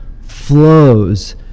flows